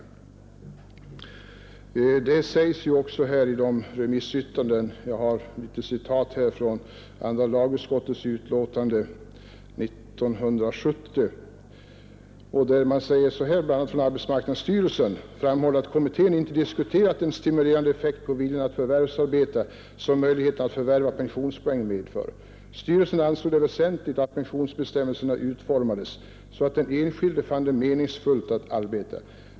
Jag har ett litet citat från redovisningen av remissyttranden över pensionsförsäkringskommitténs betänkande i andra lagutskottets utlåtande nr 61 år 1970. Där säger man bl.a.: ”Arbetsmarknadsstyrelsen framhöll att kommittén inte diskuterat den stimulerande effekt på viljan att förvärvsarbeta som möjligheten att förvärva pensionspoäng medför. Styrelsen ansåg det väsentligt att pensionsbestämmelserna utformades så att den enskilde fann det meningsfullt att arbeta.